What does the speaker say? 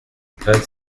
vingt